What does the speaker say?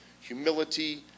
humility